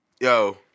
Yo